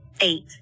Eight